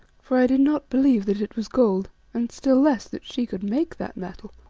for i did not believe that it was gold, and still less that she could make that metal.